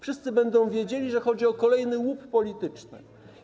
Wszyscy będą wiedzieli, że chodzi o kolejny łup polityczny.